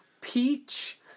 peach